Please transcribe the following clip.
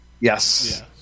Yes